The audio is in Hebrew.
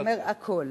אומר הכול.